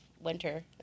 winter